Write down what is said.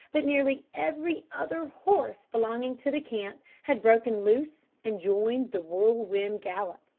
but nearly every other horse belonging to the camp had broken loose and joined the whirlwind gallop,